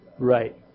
Right